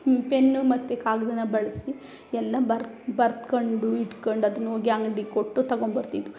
pen ಮತ್ತು ಕಾಗ್ದಾ ಬಳಸಿ ಎಲ್ಲ ಬರೆ ಬರೆದ್ಕೊಂಡು ಇಡ್ಕೊಂಡ್ ಅದನ್ನೊಗಿ ಅಂಗ್ಡಿಗೆ ಕೊಟ್ಟು ತಗೊಂಬರ್ತಿದ್ವಿ